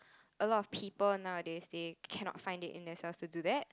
a lot of people nowadays they cannot find it in themselves to do that